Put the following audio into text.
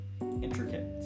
intricate